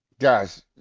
Guys